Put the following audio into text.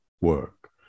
work